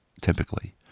typically